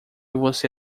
você